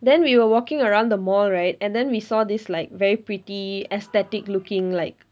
then we were walking around the mall right and then we saw this like very pretty aesthetic looking like